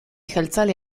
jeltzale